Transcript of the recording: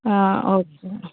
ஆ okay